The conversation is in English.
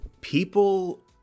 People